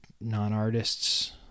non-artists